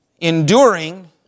enduring